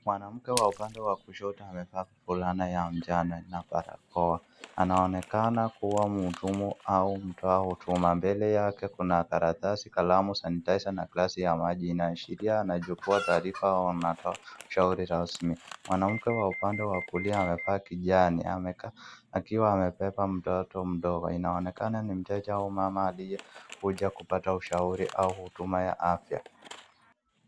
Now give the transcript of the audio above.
Mwanamke wa upande wa kushoto amevaa fulana ya manjano na barakoa. Anaonekana kuwa mtumishi au ametoa huduma mbele yake kuna karatasi, kalamu, sanitizer na glasi ya maji inaashiria anachukua taarifa au anatoa ushauri rasmi. Mwanamke wa upande wa kulia amevaa kijani akiwa amembeba mtoto mdogo inaonekana ni mteja au mama aliyekuja kupata ushauri au huduma ya afya.